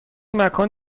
مکان